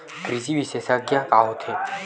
कृषि विशेषज्ञ का होथे?